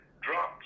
drops